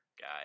guy